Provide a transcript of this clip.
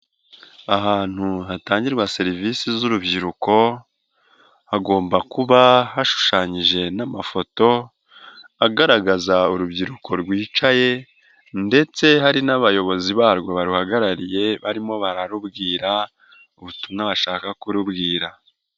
Ahantu hatangirwa serivisi z'urubyiruko, hagomba kuba hashushanyije n'amafoto agaragaza urubyiruko rwicaye ndetse hari n'abayobozi barwo baruhagarariye barimo bararubwira ubutumwa bashaka kurubwira.